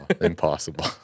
Impossible